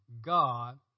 God